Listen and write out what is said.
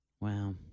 Wow